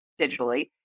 digitally